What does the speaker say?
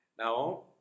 Now